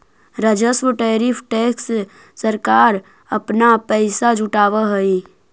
राजस्व tariff tax से सरकार अपना पैसा जुटावअ हई